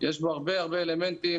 יש בו הרבה הרבה אלמנטים,